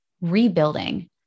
rebuilding